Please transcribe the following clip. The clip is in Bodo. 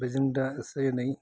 बेजों दा एसे एनै